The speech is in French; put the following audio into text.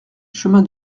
chemin